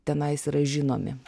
tenais yra žinomi